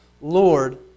Lord